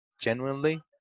genuinely